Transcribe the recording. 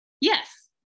yes